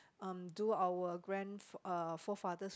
um do our grand~ uh forefathers